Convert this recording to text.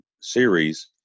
series